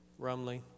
Rumley